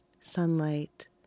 sunlight